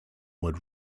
would